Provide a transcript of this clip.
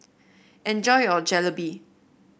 enjoy your Jalebi